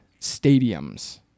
stadiums